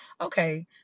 okay